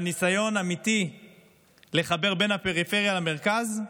ניסיון אמיתי לחבר בין הפריפריה למרכז,